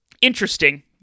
interesting